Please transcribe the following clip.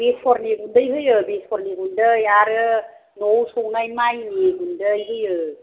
बेसरनि गुन्दै होयो बेसरनि गुन्दै आरो न'आव सौनाय माइनिबो गुन्दै होयो